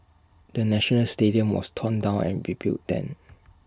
the national stadium was torn down and rebuilt then